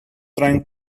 trying